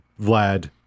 Vlad